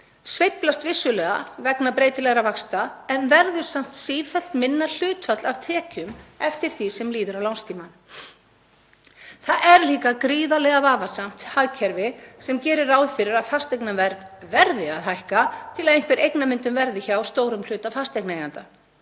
sveiflast vissulega vegna breytilegra vaxta en verða samt sífellt lægra hlutfall af tekjum eftir því sem líður á lánstímann. Það er líka gríðarlega vafasamt hagkerfi sem gerir ráð fyrir að fasteignaverð verði að hækka til að einhver eignamyndun verði hjá stórum hluta fasteignaeigenda.